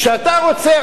כשאתה רוצה,